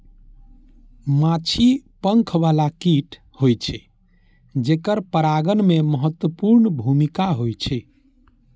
माछी पंख बला कीट होइ छै, जेकर परागण मे महत्वपूर्ण भूमिका होइ छै